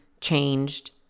changed